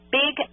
big